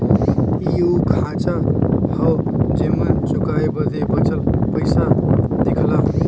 इ उ खांचा हौ जेमन चुकाए बदे बचल पइसा दिखला